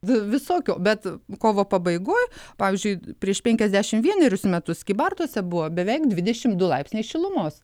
visokių bet kovo pabaigoj pavyzdžiui prieš penkiasdešimt vienerius metus kybartuose buvo beveik dvidešim du laipsniai šilumos